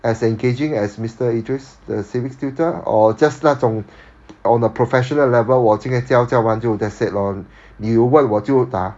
as engaging as mister idris the civics tutor or just 那种 on a professional level 我今天教教完就 that's it lor 你有问我就打